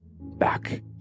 back